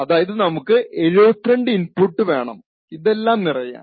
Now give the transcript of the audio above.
അതായത് നമുക്ക് 72 ഇൻപുട്സ് വേണം ഇതെല്ലാം നിറയാൻ